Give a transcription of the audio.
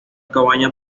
cabaña